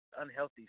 unhealthy